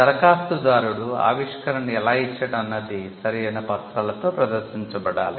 దరఖాస్తుదారుడు ఆవిష్కరణను ఎలా ఇచ్చాడు అన్నది సరి అయిన పత్రాలతో ప్రదర్శించబడాలి